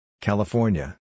California